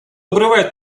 обрывает